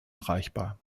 erreichbar